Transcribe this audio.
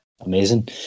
Amazing